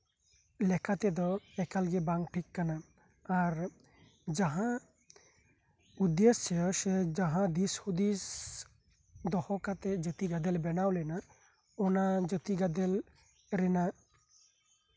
ᱞᱮᱠᱟᱛᱮᱫᱚ ᱮᱠᱟᱞ ᱜᱮ ᱵᱟᱝ ᱴᱷᱤᱠ ᱠᱟᱱᱟ ᱟᱨ ᱡᱟᱦᱟᱸ ᱩᱫᱽᱫᱮᱥᱥᱚ ᱥᱮᱡᱟᱦᱟᱸ ᱫᱤᱥᱦᱩᱫᱤᱥ ᱫᱚᱦᱚ ᱠᱟᱛᱮ ᱡᱟᱛᱤ ᱜᱟᱫᱮᱞ ᱵᱮᱱᱟᱣ ᱞᱮᱱᱟ ᱚᱱᱟ ᱡᱟᱛᱤ ᱜᱟᱫᱮᱞ ᱨᱮᱱᱟᱜ